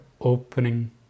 opening